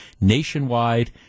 Nationwide